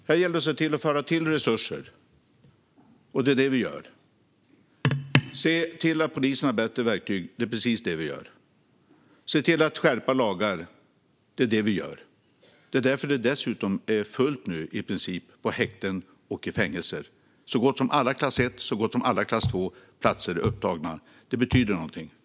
Här gäller det att se till att föra till resurser, och det är det vi gör. Det gäller att se till att polisen har bättre verktyg, och det är precis det vi gör. Det gäller att se till att skärpa lagar, och det är det vi gör. Det är därför det dessutom är i princip fullt på häkten och i fängelser. Så gott som alla klass 1 och klass 2-platser är upptagna, och det betyder något.